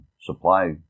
supply